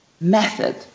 method